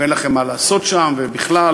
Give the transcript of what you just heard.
ו"אין לכם מה לעשות שם?" ו"בכלל